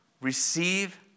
Receive